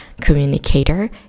communicator